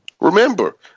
Remember